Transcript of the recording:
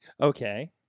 Okay